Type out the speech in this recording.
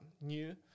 new